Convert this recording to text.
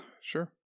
sure